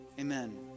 amen